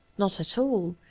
not at all.